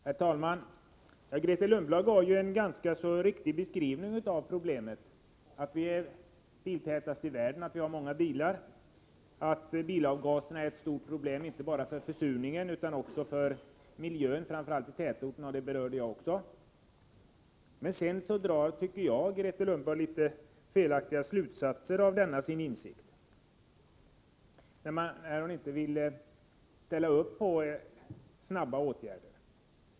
Herr talman! Grethe Lundblad gav en ganska riktig beskrivning av problemen -— att vårt land är biltätast i världen, att bilavgaserna är ett stort bekymmer inte bara därför att de orsakar försurning utan också för miljön i övrigt, framför allt i tätorterna. Detta berörde jag också. Men sedan drar Grethe Lundblad, tycker jag, litet felaktiga slutsatser av denna sin insikt när hon inte vill ställa upp på snara åtgärder.